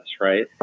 right